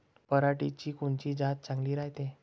पऱ्हाटीची कोनची जात चांगली रायते?